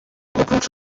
oprócz